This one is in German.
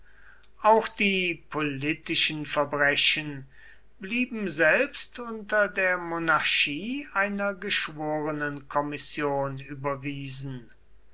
auch die politischen verbrechen blieben selbst unter der monarchie einer geschworenenkommission überwiesen